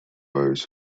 those